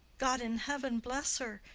god in heaven bless her!